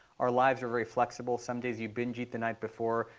our lives are very flexible. some days, you binge eat the night before.